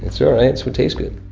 it's all right. it's what tastes good